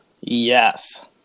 Yes